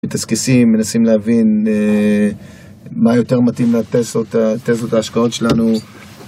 מדסקסים, מנסים להבין מה יותר מתאים לתזות ההשקעות שלנו